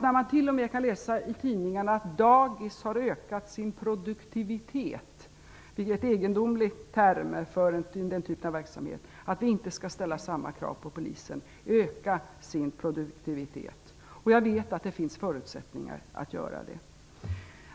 När man kan läsa i tidningarna att t.o.m. dagis har ökat sin produktivitet - det är en egendomlig term för den typen av verksamhet - tycker jag inte att det är fel att ställa kravet att polisen skall öka sin produktivitet. Jag vet att det finns förutsättningar för att göra det.